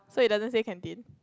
so it doesn't say canteen